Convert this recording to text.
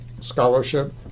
scholarship